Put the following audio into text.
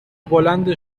بلند